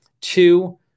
Two